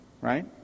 Right